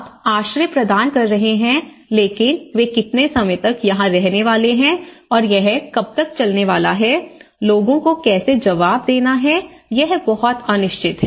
आप आश्रय प्रदान कर रहे हैं लेकिन वे कितने समय तक यहां रहने वाले हैं और यह कब तक चलने वाला है लोगों को कैसे जवाब देना है यह बहुत अनिश्चित है